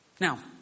Now